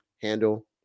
handle